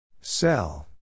Sell